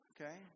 Okay